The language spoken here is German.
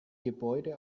gebäude